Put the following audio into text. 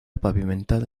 pavimentada